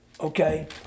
Okay